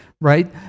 right